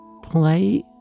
play